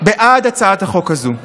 בעד הצעת החוק הזו.